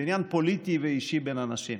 זה עניין פוליטי ואישי בין אנשים.